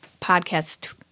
podcast